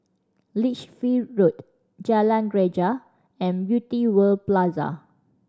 Lichfield Road Jalan Greja and Beauty World Plaza